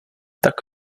tak